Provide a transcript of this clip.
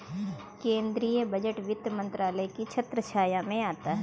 केंद्रीय बजट वित्त मंत्रालय की छत्रछाया में आता है